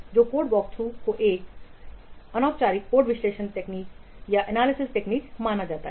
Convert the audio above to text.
तो code walkthrough को एक अनौपचारिक कोड विश्लेषण तकनीक माना जाता है